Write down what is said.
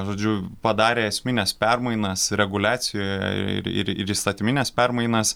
žodžiu padarė esmines permainas reguliacijoje ir ir ir įstatymines permainas